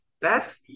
Best